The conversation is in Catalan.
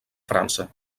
frança